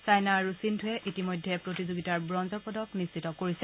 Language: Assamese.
ছাইনা আৰু সিঙ্গুৱে ইতিমধ্যে প্ৰতিযোগিতাত ব্ৰঞ্জৰ পদক নিশ্চিত কৰিছে